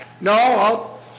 No